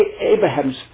Abraham's